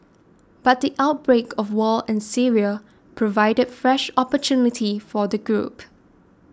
but the outbreak of war in Syria provided fresh opportunity for the group